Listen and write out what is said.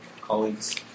colleagues